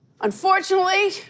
Unfortunately